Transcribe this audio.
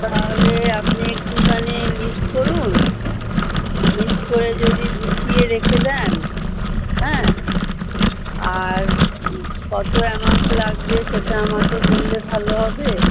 তাওলে আপনি একটুখানি লিস্ট করুন লিস্ট করে যদি গুছিয়ে রেখে দেন হ্যাঁ আর কত অ্যামাউন্ট লাগবে সেটা আমাকে বললে ভালো হবে